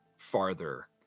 farther